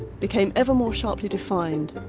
became ever more sharply defined,